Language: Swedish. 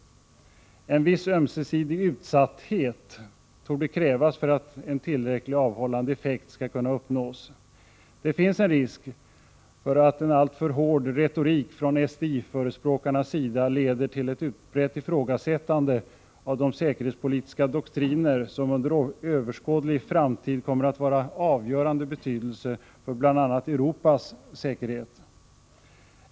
En viss ömsesidig utsatthet torde krävas för att tillräckligt avhållande effekt skall kunna uppnås. Det finns en risk för att alltför hård retorik från SDI-förespråkarnas sida leder till ett utbrett ifrågasättande av de säkerhetspolitiska doktriner som under överskådlig framtid kommer att vara av avgörande betydelse för bl.a. Europas säkerhet.